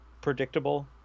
predictable